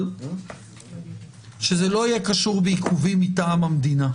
רק שזה לא יהיה קשור בעיכובים מטעם המדינה.